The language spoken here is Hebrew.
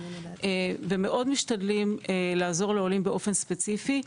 מאוד משתדלים לעזור לעולים באופן ספציפי.